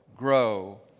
Grow